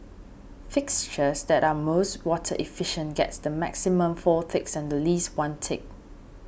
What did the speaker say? fixtures that are most water efficient gets the maximum four ticks and the least one tick